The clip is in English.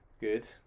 Good